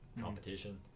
competition